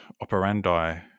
operandi